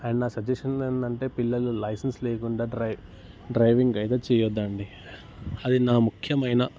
and నా suggestion ఏంటంటే పిల్లలు లైసెన్స్ లేకుండా డ్రైవ్ డ్రైవింగ్ అయితే చేయొద్దండీ అది నా ముఖ్యమైన